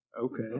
Okay